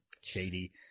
shady